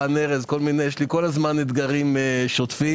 רן ארז יש כל הזמן אתגרים שוטפים.